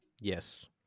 Yes